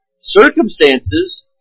Circumstances